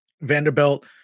Vanderbilt